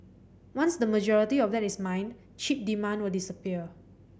once the majority of that is mined chip demand will disappear